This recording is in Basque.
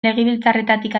legebiltzarretik